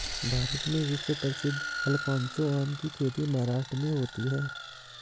भारत में विश्व प्रसिद्ध अल्फांसो आम की खेती महाराष्ट्र में होती है